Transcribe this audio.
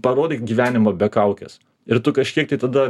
parodyk gyvenimą be kaukes ir tu kažkiek tai tada